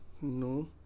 No